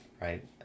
right